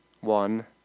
one